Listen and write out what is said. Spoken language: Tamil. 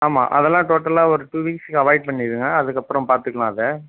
ஆமாம் அதெல்லாம் டோட்டலாக ஒரு டூ வீக்ஸ்க்கு அவாய்ட் பண்ணிருங்க அதற்கப்றோம் பார்த்துக்கலாம் அதை